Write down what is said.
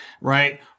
Right